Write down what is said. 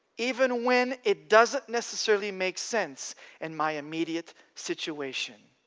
even when it doesn't necessarily make sense in my immediate situation,